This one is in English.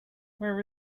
where